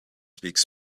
speaks